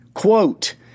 Quote